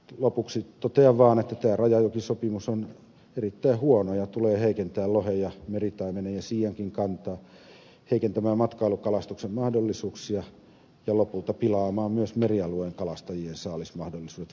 lopuksi totean vaan että tämä rajajokisopimus on erittäin huono ja tulee heikentämään lohen ja meritaimenen ja siiankin kantaa ja heikentämään matkailukalastuksen mahdollisuuksia ja lopulta pilaamaan myös merialueen kalastajien saalismahdollisuudet vaelluskalakantojen heikentyessä